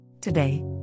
Today